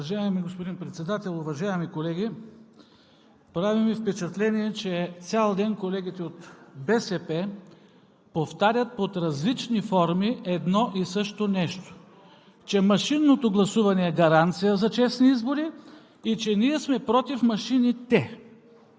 Уважаеми господин Председател, уважаеми колеги! Прави ми впечатление, че цял ден колегите от БСП повтарят под различни форми едно и също нещо: че машинното гласуване е гаранция за честни избори и че ние сме против машините.